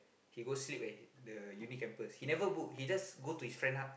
he go sleep at the uni campus he never go he just go to his friend h~